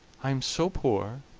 i am so poor,